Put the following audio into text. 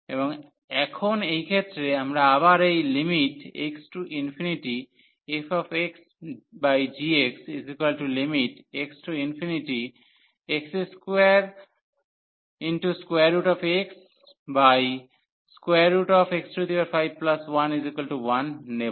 এবং এখন এই ক্ষেত্রে আমরা আবার এই x→∞fxgxx→∞x2xx511 নেব